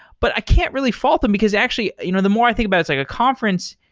but i can't really fault them, because actually you know the more i think about it's like a conference,